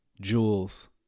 jewels